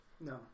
No